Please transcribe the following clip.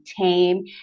tame